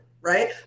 right